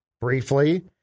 briefly